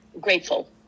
grateful